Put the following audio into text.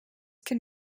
can